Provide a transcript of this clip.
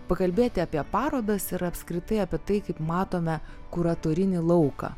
pakalbėti apie parodas ir apskritai apie tai kaip matome kuratorinį lauką